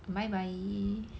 bye bye